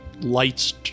lights